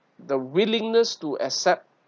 the willingness to accept